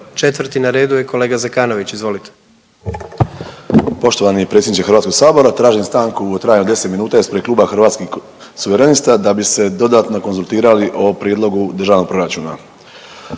(Hrvatski suverenisti)** Poštovani predsjedniče HS-a. Tražim stanku u trajanju od deset minuta ispred kluba Hrvatskih suverenista da bi se dodatno konzultirali o prijedlogu državnog proračuna.